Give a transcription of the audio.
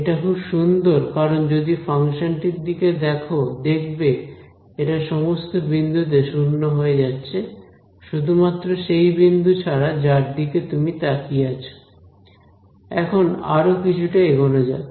এটা খুব সুন্দর কারণ যদি ফাংশন টির দিকে দেখো দেখবে এটা সমস্ত বিন্দুতে শুন্য হয়ে যাচ্ছে শুধুমাত্র সেই বিন্দু ছাড়া যার দিকে তুমি তাকিয়ে আছো এখন আরও কিছুটা এগনো যাক